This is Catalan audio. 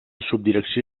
subdirecció